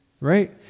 right